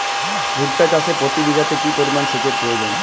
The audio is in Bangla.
ভুট্টা চাষে প্রতি বিঘাতে কি পরিমান সেচের প্রয়োজন?